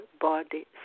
body